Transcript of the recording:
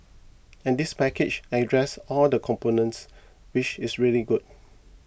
and this package addresses all the components which is really good